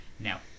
Now